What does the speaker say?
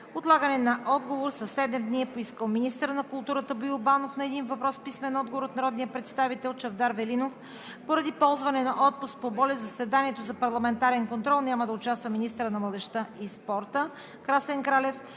отлагане на отговор със седем дни е поискал: - министърът на културата Боил Банов – на един въпрос с писмен отговор от народния представител Чавдар Велинов. Поради ползване на отпуск по болест в заседанието за парламентарен контрол няма да участва министърът на младежта и спорта Красен Кралев.